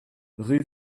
rue